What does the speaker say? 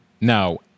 Now